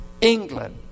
England